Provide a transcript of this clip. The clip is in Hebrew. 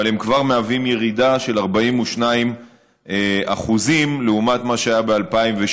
אבל הם כבר מהווים ירידה של 42% לעומת מה שהיה ב-2016.